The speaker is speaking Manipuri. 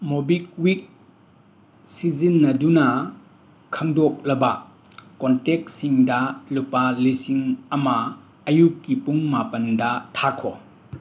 ꯃꯣꯕꯤꯀ꯭ꯋꯤꯛ ꯁꯤꯖꯤꯟꯅꯗꯨꯅ ꯈꯟꯗꯣꯛꯂꯕ ꯀꯣꯟꯇꯦꯛꯁꯤꯡꯗ ꯂꯨꯄꯥ ꯂꯤꯁꯤꯡ ꯑꯃ ꯑꯌꯨꯛꯀꯤ ꯄꯨꯡ ꯃꯥꯄꯟꯗ ꯊꯥꯈꯣ